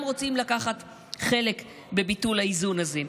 רוצים לקחת חלק בביטול האיזון הזה.